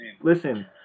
Listen